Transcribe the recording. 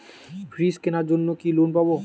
Fridge কেনার জন্য কি লোন পাব?